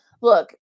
look